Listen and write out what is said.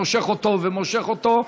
מושך אותו ומושך אותו,